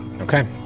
Okay